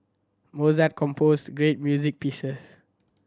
Mozart composed great music pieces